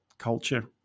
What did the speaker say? culture